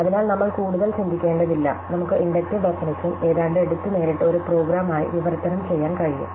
അതിനാൽ നമ്മൾ കൂടുതൽ ചിന്തിക്കേണ്ടതില്ല നമുക്ക് ഇൻഡക്റ്റീവ് ഡെഫനിഷൻ ഏതാണ്ട് എടുത്ത് നേരിട്ട് ഒരു പ്രോഗ്രാം ആയി വിവർത്തനം ചെയ്യാൻ കഴിയും